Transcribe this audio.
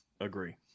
Agree